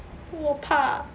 我怕